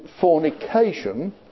fornication